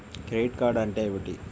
Credit card అంటే ఏమిటి?